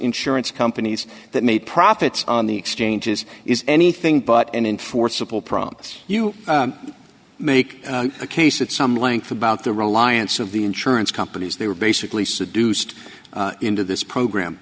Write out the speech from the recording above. insurance companies that made profits on the exchanges is anything but an enforceable promise you make a case at some length about the reliance of the insurance companies they were basically seduced into this program